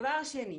דבר שני,